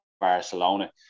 Barcelona